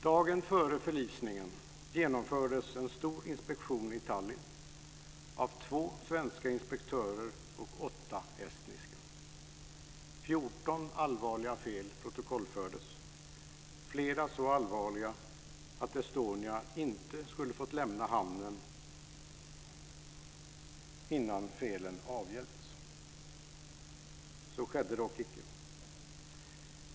Dagen före förlisningen genomförde två svenska inspektörer och åtta estniska en stor inspektion i Tallinn. 14 allvarliga fel protokollfördes, flera så allvarliga att Estonia inte skulle fått lämna hamnen innan felen avhjälpts. Så skedde dock icke.